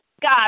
God